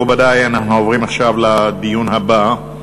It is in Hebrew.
מכובדי, אנחנו עוברים עכשיו לדיון הבא,